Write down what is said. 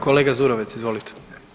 Kolega Zurovec izvolite.